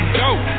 dope